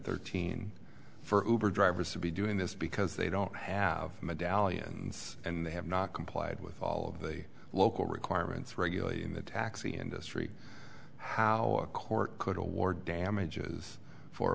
thirteen for drivers to be doing this because they don't have medallions and they have not complied with all of the local requirements regulating the taxi industry how a court could award damages for a